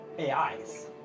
AIs